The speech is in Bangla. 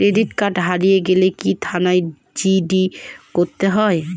ক্রেডিট কার্ড হারিয়ে গেলে কি থানায় জি.ডি করতে হয়?